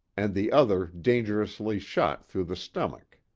and the other dangerously shot through the stomach.